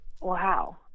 Wow